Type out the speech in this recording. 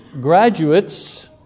graduates